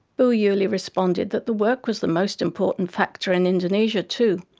bu yuli responded that the work was the most important factor in indonesia too,